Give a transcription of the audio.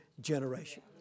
generation